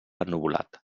ennuvolat